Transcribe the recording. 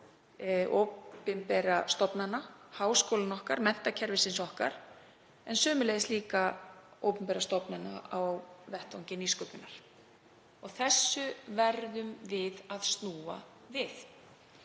opinberra stofnana, háskólanna okkar, menntakerfisins okkar, en sömuleiðis til opinberra stofnana á vettvangi nýsköpunar. Þessu verðum við að snúa við.